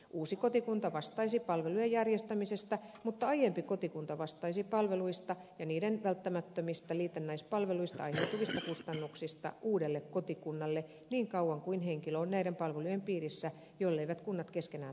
uusi kotikunta vastaisi palvelujen järjestämisestä mutta aiempi kotikunta vastaisi palveluista ja niiden välttämättömistä liitännäispalveluista aiheutuvista kustannuksista uudelle kotikunnalle niin kauan kuin henkilö on näiden palvelujen piirissä jolleivät kunnat keskenään toisin sovi